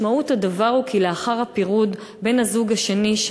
משמעות הדבר היא שלאחר הפירוד בן-הזוג השני,